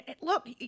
Look